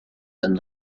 and